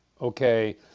okay